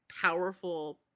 powerful